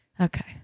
Okay